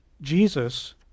Jesus